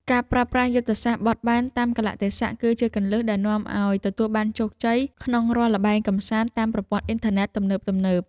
ការប្រើប្រាស់យុទ្ធសាស្ត្របត់បែនតាមកាលៈទេសៈគឺជាគន្លឹះដែលនាំឱ្យទទួលបានជោគជ័យក្នុងរាល់ល្បែងកម្សាន្តតាមប្រព័ន្ធអ៊ីនធឺណិតទំនើបៗ។